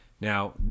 Now